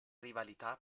rivalità